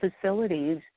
facilities